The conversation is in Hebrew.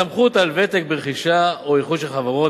הסתמכות על ותק ברכישה או איחוד של חברות.